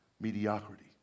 mediocrity